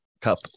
cup